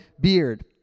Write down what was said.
beard